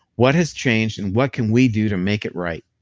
what has changed and what can we do to make it right?